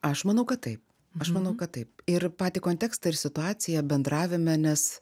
aš manau kad taip aš manau kad taip ir patį kontekstą ir situaciją bendravime nes